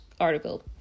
article